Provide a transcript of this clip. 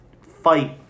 fight